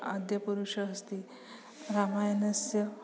आद्यपुरुषः अस्ति रामायणस्य